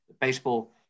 baseball